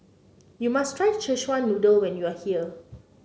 you must try Szechuan Noodle when you are here